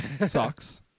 Socks